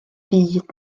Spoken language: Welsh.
byd